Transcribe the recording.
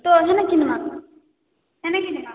ତ ହେନେ କିନା ହେବା ହେନେ କି ନା ଗୋ